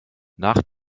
nach